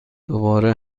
دوباره